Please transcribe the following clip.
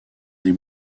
des